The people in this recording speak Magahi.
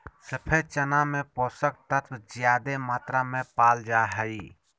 सफ़ेद चना में पोषक तत्व ज्यादे मात्रा में पाल जा हइ